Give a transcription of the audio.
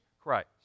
Christ